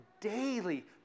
Daily